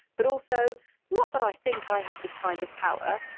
but also not that i think i have this kind of power.